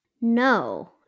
No